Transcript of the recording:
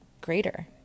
greater